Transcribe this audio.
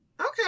okay